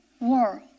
world